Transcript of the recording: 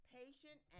patient